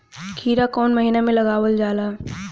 खीरा कौन महीना में लगावल जाला?